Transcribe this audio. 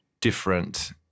different